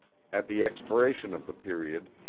at the expiration of the period,